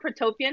protopian